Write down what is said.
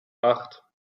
acht